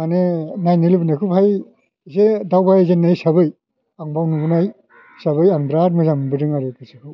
माने नायनो लुबैनायखौहाय एसे दावबायजेननाय हिसाबै आं बेयाव नुबोनाय हिसाबै आं बिराद मोजां मोनबोदों आरो गोसोखौ